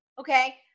okay